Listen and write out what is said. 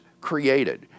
created